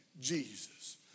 Jesus